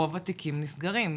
רוב התיקים נסגרים,